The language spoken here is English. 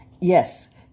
Yes